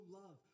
love